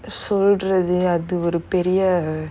சொல்றது அது ஒரு பெரிய:solrathu athu oru periya